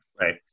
Right